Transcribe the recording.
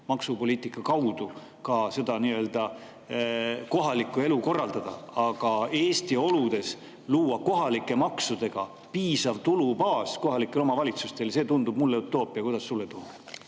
maksupoliitika kaudu kohalikku elu korraldada. Aga Eesti oludes luua kohalike maksudega piisav tulubaas kohalikele omavalitsustele tundub mulle utoopia. Kuidas sulle tundub?